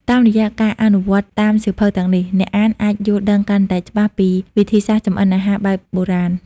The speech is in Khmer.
តាមរយៈការអនុវត្តតាមសៀវភៅទាំងនេះ អ្នកអានអាចយល់ដឹងកាន់តែច្បាស់ពីវិធីសាស្ត្រចម្អិនអាហារបែបបុរាណ។